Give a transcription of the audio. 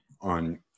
on